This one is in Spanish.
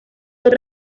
otra